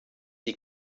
die